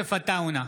יוסף עטאונה,